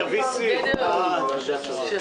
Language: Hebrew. הוא